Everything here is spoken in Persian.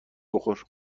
بخور